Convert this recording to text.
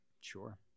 Sure